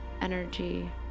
energy